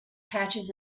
patches